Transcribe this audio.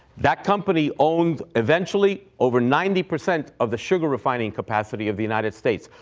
that company owns eventually over ninety percent of the sugar refining capacity of the united states.